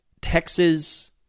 Texas